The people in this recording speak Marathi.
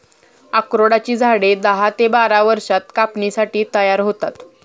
अक्रोडाची झाडे दहा ते बारा वर्षांत कापणीसाठी तयार होतात